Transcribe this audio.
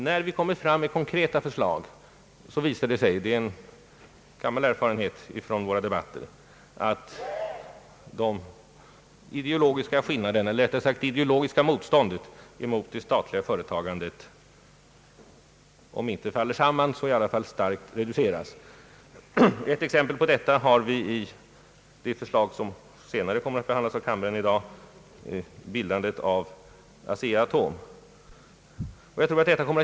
När vi framlägger konkreta förslag visar erfarenheten att det ideologiska motståndet mot statligt företagande om inte faller samman så dock starkt reduceras. Ett exempel på detta är det förslag som senare i dag kommer att behandlas av kammaren, nämligen bildandet av ASEA-ATOM.